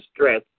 stress